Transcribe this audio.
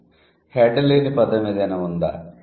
'head' లేని పదం ఏదైనా ఉందా